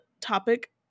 topic